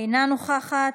אינה נוכחת,